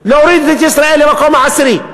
להוריד את ישראל למקום העשירי.